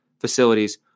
facilities